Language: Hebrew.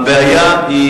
הבעיה היא,